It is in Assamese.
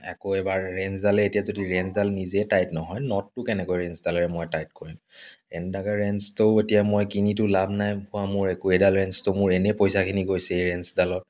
আকৌ এবাৰ ৰেঞ্চডালেই এতিয়া যদি ৰেঞ্চডাল নিজে টাইট নহয় নটটো কেনেকৈ ৰেঞ্জডালেৰে মই টাইট কৰিম এনেকুৱা ৰেঞ্চটো এতিয়া মই কিনিতো লাভ নাই হোৱা মোৰ একো এইডাল ৰেঞ্চতো মোৰ এনে পইচাখিনি গৈছে এই ৰেঞ্চডালত